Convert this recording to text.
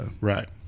Right